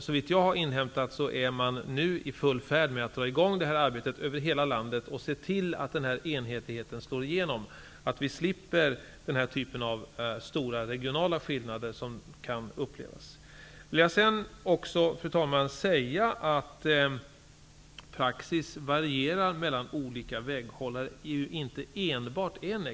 Såvitt jag har fått veta är man nu i full färd med att dra i gång det här arbetet över hela landet för att se till att denna enhetlighet slår igenom så att vi slipper den typ av stora regionala skillnader som man kan uppleva. Jag vill också säga att det inte enbart är negativt att praxis varierar mellan olika väghållare.